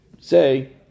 say